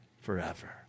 forever